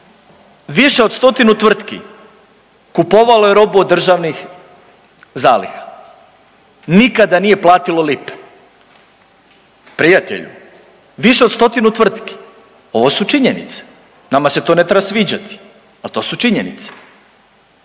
više od stotinu tvrtki kupovalo je robu od državnih zaliha, nikada nije platilo lipe. Prijatelju, više od stotinu tvrtki. Ovo su činjenice, nama se to ne treba sviđati, ali to su činjenice.